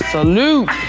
Salute